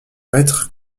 maître